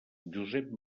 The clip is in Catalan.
josep